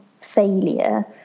failure